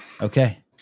Okay